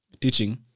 teaching